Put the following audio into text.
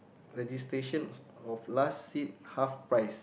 registration of of last seat half price